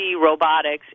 Robotics